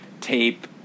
tape